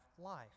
life